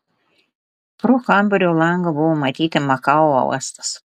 pro kambario langą buvo matyti makao uostas